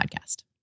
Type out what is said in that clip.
Podcast